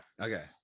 Okay